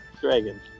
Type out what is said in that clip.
dragon